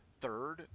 third